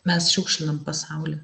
mes šiukšlinam pasaulį